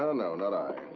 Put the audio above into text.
ah no, not i.